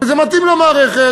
וזה מתאים למערכת,